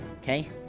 Okay